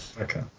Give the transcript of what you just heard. Okay